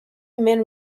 men